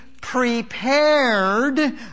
prepared